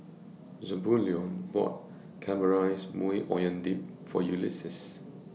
Zebulon bought Caramelized Maui Onion Dip For Ulises